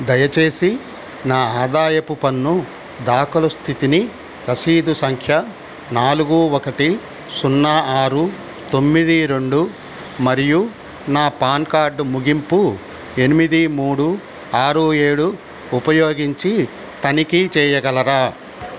దయచేసి నా ఆదాయపు పన్ను దాఖలు స్థితిని రసీదు సంఖ్య నాలుగు ఒకటి సున్నా ఆరు తొమ్మిది రెండు మరియు నా పాన్ కార్డు ముగింపు ఎనిమిది మూడు ఆరు ఏడు ఉపయోగించి తనిఖీ చేయగలరా